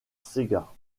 sega